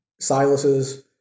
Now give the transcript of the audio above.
Silas's